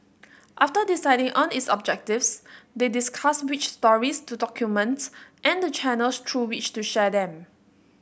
after deciding on its objectives they discussed which stories to document and the channels through which to share them